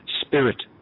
spirit